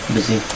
Busy